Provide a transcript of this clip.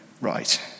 right